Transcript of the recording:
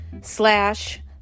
slash